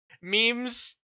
memes